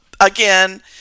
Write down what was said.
Again